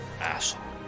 asshole